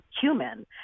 human